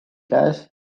käes